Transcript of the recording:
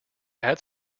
add